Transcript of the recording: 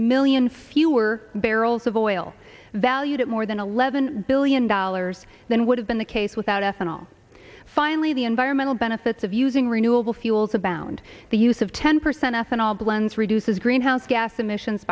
million fewer barrels of oil valued at more than eleven billion dollars than would have been the case without ethanol finally the environmental benefits of using renewable fuels abound the use of ten percent ethanol blends reduces greenhouse gas emissions